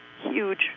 huge